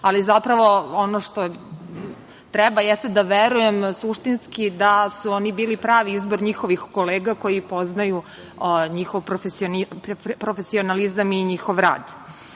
ali zapravo verujem suštinski da su oni bili pravi izbor njihovih kolega koji poznaju njihovi profesionalizam i njihov rad. Tu